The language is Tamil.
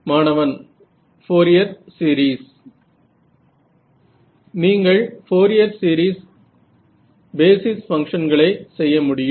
மாணவன் ஃபோரியர் சீரிஸ் நீங்கள் ஃபோரியர் சீரிஸ் பேசிஸ் பங்ஷன்களை செய்ய முடியும்